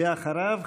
ואחריו,